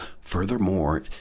Furthermore